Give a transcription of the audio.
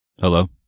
hello